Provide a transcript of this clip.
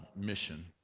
mission